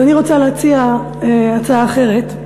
אז אני רוצה להציע הצעה אחרת.